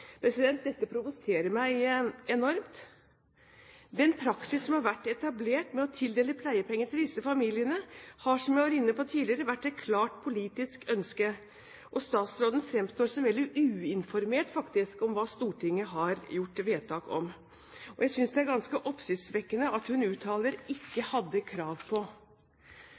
tidligere, vært et klart politisk ønske, og statsråden fremstår faktisk som veldig uinformert om hva Stortinget har gjort vedtak om. Og jeg synes det er ganske oppsiktsvekkende at hun uttaler «ikke hadde krav på».